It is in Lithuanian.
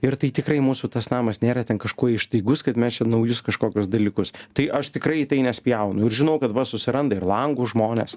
ir tai tikrai mūsų tas namas nėra ten kažkuo ištaigus kad mes čia naujus kažkokius dalykus tai aš tikrai į tai nespjaunu ir žinau kad va susiranda ir langus žmonės